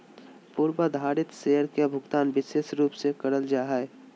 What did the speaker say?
पूर्वाधिकारी शेयर के भुगतान विशेष रूप से करल जा हय